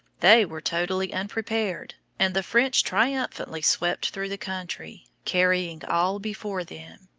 they were totally unprepared, and the french triumphantly swept through the country, carrying all before them.